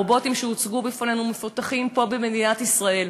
רובוטים שהוצגו בפנינו מפותחים פה במדינת ישראל,